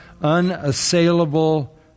unassailable